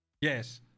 Yes